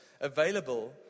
available